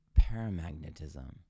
paramagnetism